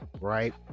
right